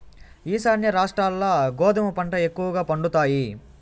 ఈశాన్య రాష్ట్రాల్ల గోధుమ పంట ఎక్కువగా పండుతాయి